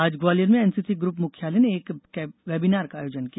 आज ग्वालियर में NCC group मुख्यालय ने एक वेबिनार का आयोजन किया